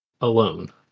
alone